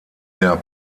der